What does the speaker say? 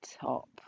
top